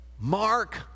Mark